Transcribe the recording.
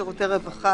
שירותי רווחה,